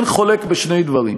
אין חולק על שני דברים: